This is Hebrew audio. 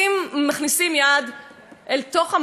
אל תוך המקום הזה, בואו נעשה את זה נכון.